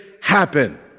happen